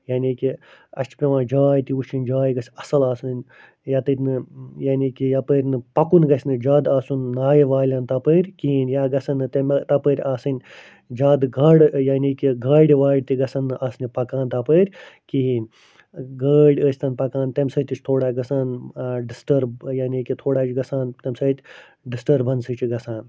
یعنی کہِ اسہِ چھِ پیٚوان جاے تہِ وٕچھِنۍ جاے گَژھِ اصل آسٕنۍ یا تتنہِ یعنی کہ یَپٲرۍ نہٕ پَکُن گَژھِ نہٕ زیادٕ آسُن نایہِ والیٚن تَپٲرۍ کِہیٖنۍ یا گَژھَن نہٕ تمہ تَپٲرۍ آسٕن جادٕ گاڑٕ یعنی کہ گاڑِ واڑِ تہِ گَژھَن نہٕ آسنہِ پَکان تَپٲرۍ کِہیٖنۍ گٲڑۍ ٲستَن پَکان تمہ سۭتۍ تہِ چھ تھورا گَژھان ڈِسٹرب یعنی کہ تھوڑا چھ گَژھان تمہ سۭتۍ ڈِسٹربَنسے چھِ گَژھان